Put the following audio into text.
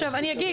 עכשיו אני אגיד,